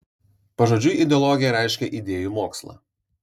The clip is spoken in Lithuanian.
pažodžiui ideologija reiškia idėjų mokslą